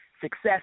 success